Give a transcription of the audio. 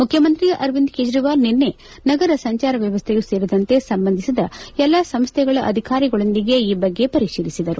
ಮುಖ್ಯಮಂತ್ರಿ ಅರವಿಂದ ಕೇಜ್ರವಾಲ್ ನಿನ್ನೆ ನಗರ ಸಂಚಾರ ವ್ಯವಸ್ಥೆಯೂ ಸೇರಿದಂತೆ ಸಂಬಂಧಿಸಿದ ಎಲ್ಲಾ ಸಂಸ್ಥೆಗಳ ಅಧಿಕಾರಿಗಳೊಂದಿಗೆ ಈ ಬಗ್ಗೆ ಪರಿಶೀಲಿಸಿದರು